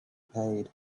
paid